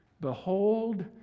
Behold